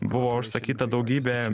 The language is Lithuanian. buvo užsakyta daugybė